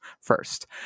first